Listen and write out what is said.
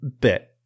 bit